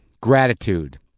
gratitude